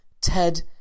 Ted